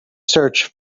search